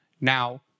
now